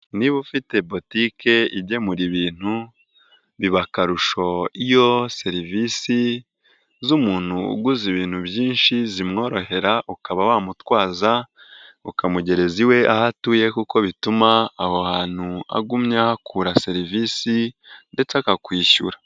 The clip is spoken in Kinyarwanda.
Niba ufite botike igemura ibintu, biba akarusho iyo serivisi z'umuntu uguze ibintu byinshi zimworohera ukaba wamutwaza, ukamugereza iwe aho atuye kuko bituma aho hantu agumya ahakura serivisi ndetse akakwishyura.